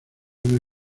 una